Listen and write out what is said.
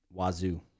Wazoo